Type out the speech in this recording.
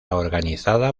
organizada